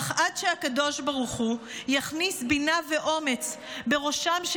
אך עד שהקדוש ברוך הוא יכניס בינה ואומץ בראשם של